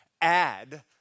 add